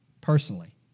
personally